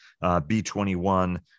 B-21